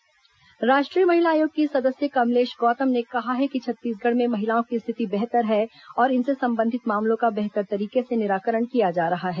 महिला आयोग छत्तीसगढ़ राष्ट्रीय महिला आयोग की सदस्य कमलेश गौतम ने कहा है कि छत्तीसगढ़ में महिलाओं की स्थिति बेहतर है और इनसे संबंधित मामलों का बेहतर तरीके से निराकरण किया जा रहा है